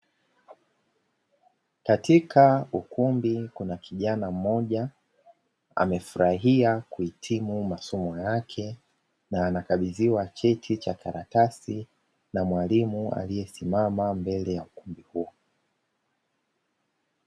Katika ukumbi kuna kijana mmoja amefurahia kuhitimu masomo yake na anakabidhiwa cheti cha karatasi na mwalimu aliesimama mbele ya ukumbi huo.